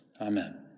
Amen